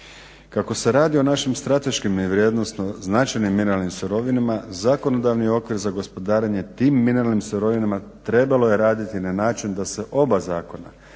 Kako se radi o našim strateškim i vrijednosno značajnim miralnim sirovinama, zakonodavni okvir za gospodarenje tim mineralnim sirovinama trebalo je raditi na način da se oba zakona,